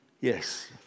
Yes